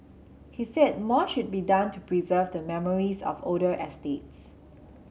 he said more should be done to preserve the memories of older estates